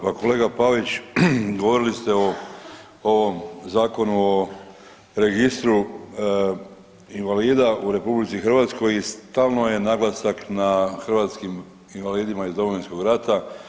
Pa kolega Pavić govorili ste o ovom Zakonu o registru invalida u RH i stalno je naglasak na hrvatskim invalidima iz Domovinskog rata.